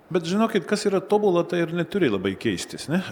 bet žinokit kas yra tobula tai ir neturi labai keistis ne